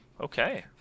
Okay